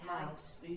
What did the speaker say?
house